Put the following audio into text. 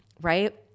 Right